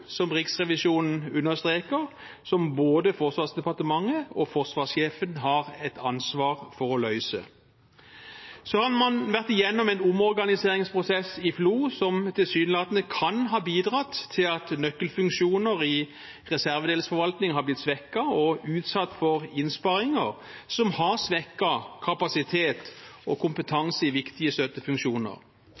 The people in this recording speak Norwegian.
som – som Riksrevisjonen understreker – både Forsvarsdepartementet og forsvarssjefen har et ansvar for å løse. Man har også vært igjennom en omorganiseringsprosess i FLO som tilsynelatende kan ha bidratt til at nøkkelfunksjoner i reservedelsforvaltningen er blitt svekket og utsatt for innsparinger, noe som har svekket kapasiteten og kompetansen i viktige støttefunksjoner.